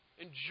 Enjoy